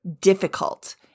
difficult